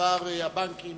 בדבר הבנקים